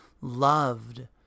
loved